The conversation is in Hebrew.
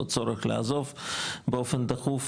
או צורך לעזוב באופן דחוף,